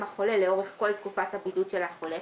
החולה לאורך כל תקופת הבידוד של החולה",